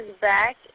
back